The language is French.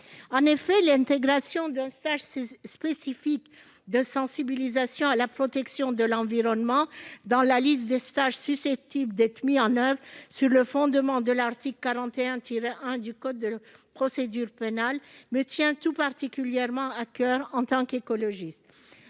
En effet, l'intégration d'un stage spécifique de sensibilisation à la protection de l'environnement dans la liste des stages susceptibles d'être mis en oeuvre sur le fondement de l'article 41-1 du code de procédure pénale me tient tout particulièrement à coeur en tant qu'écologiste.